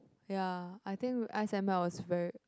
ya I think ice and melt was very